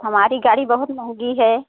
हमारी गाड़ी बहुत महँगी है